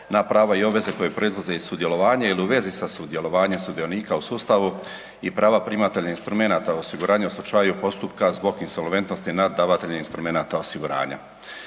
na prava i obveze koje proizlaze iz sudjelovanja ili u vezi sa sudjelovanjem sudionika u sustavu i prava primatelja instrumenata osiguranja u slučaju postupka zbog insolventnosti nad davateljem instrumenata osiguranja.